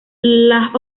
las